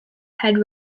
head